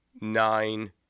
nine